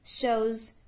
shows